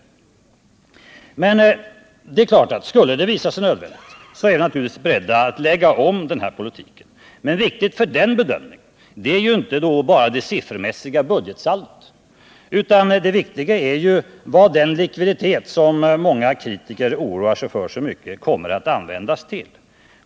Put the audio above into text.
Om det skulle visa sig nödvändigt är vi naturligtvis beredda att lägga om denna politik. Men viktigt för den bedömningen är ju då inte bara det siffermässiga budgetsaldot utan vad den likviditet som många kritiker oroar sig för så mycket kommer att användas till.